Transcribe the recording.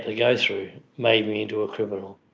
ah go through made me into a criminal.